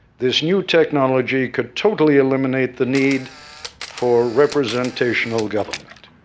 this new technology could totally eliminate the need for representational government